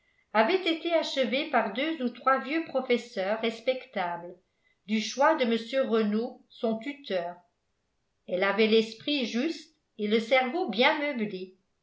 avait été achevée par deux ou trois vieux professeurs respectables du choix de mr renault son tuteur elle avait l'esprit juste et le cerveau bien meublé